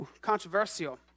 controversial